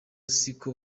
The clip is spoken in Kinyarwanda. siko